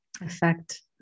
affect